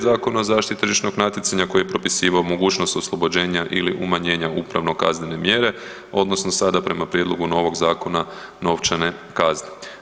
Zakona o zaštiti tržišnog natjecanja koji je propisivao mogućnost oslobođenja ili umanjenja upravno-kaznene mjere, odnosno sada prema prijedlogu novog zakona novčane kazne.